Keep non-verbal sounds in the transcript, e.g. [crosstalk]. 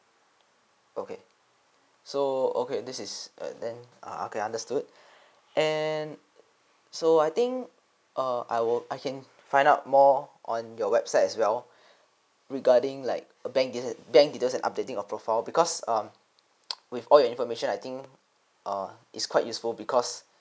okay so okay this is uh then ah okay understood and so I think uh I will I can find out more on your website as well [breath] regarding like a bank details bank details and updating of profile because um [noise] with all your information I think err it's quite useful because